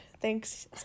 Thanks